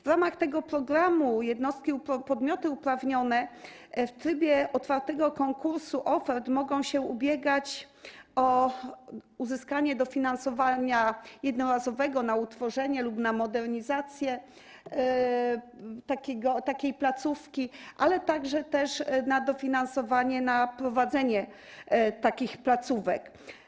W ramach tego programu jednostki, podmioty uprawnione w trybie otwartego konkursu ofert mogą się ubiegać o uzyskanie dofinansowania jednorazowego na utworzenie lub na modernizację takiej placówki, a także na dofinansowanie prowadzenia takich placówek.